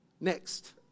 Next